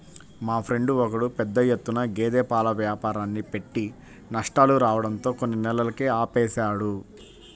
మా ఫ్రెండు ఒకడు పెద్ద ఎత్తున గేదె పాల వ్యాపారాన్ని పెట్టి నష్టాలు రావడంతో కొన్ని నెలలకే ఆపేశాడు